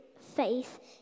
faith